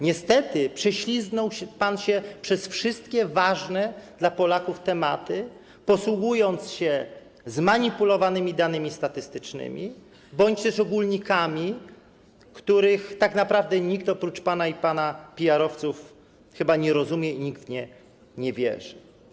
Niestety, prześlizgnął się pan przez wszystkie ważne dla Polaków tematy, posługując się zmanipulowanymi danymi statystycznymi bądź ogólnikami, których tak naprawdę nikt oprócz pana i pana PR-owców chyba nie rozumie i w które nikt nie wierzy.